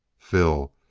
phil,